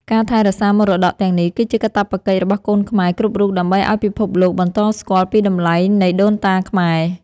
ការថែរក្សាមរតកទាំងនេះគឺជាកាតព្វកិច្ចរបស់កូនខ្មែរគ្រប់រូបដើម្បីឱ្យពិភពលោកបន្តស្គាល់ពីតម្លៃនៃដូនតាខ្មែរ។